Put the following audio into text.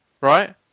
right